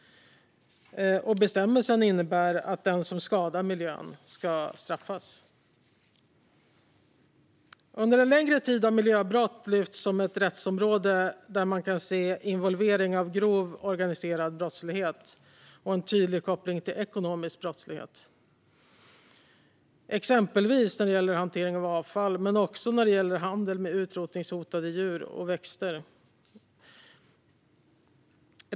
Bestämmelsen innebär att den som skadar miljön ska straffas. Under en längre tid har miljöbrott lyfts fram som ett rättsområde där man kan se involvering av grov organiserad brottslighet och en tydlig koppling till ekonomisk brottslighet, exempelvis när det gäller hantering av avfall men också handel med utrotningshotade djur och växter.